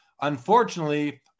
unfortunately